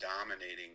dominating